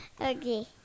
Okay